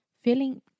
feeling